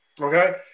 Okay